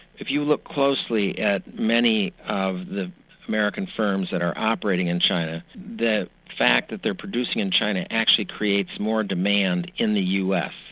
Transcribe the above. if you look closely at many of the american firms that are operating in china, the fact that they're producing in china actually creates more demand in the us.